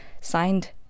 signed